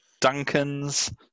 Duncan's